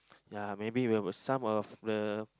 ya maybe we will a sum of the